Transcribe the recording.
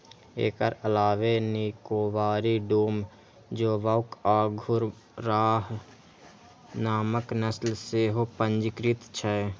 एकर अलावे निकोबारी, डूम, जोवॉक आ घुर्राह नामक नस्ल सेहो पंजीकृत छै